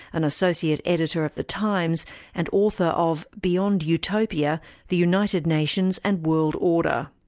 an associate editor of the times and author of beyond utopia the united nations and world order.